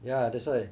ya that's why